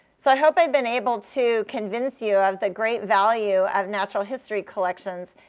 so i hope i've been able to convince you of the great value of natural history collections.